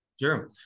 sure